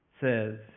says